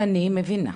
אני מבינה.